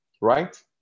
right